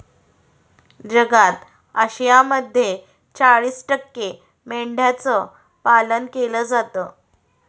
जगात आशियामध्ये चाळीस टक्के मेंढ्यांचं पालन केलं जातं